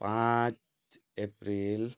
ପାଞ୍ଚ ଏପ୍ରିଲ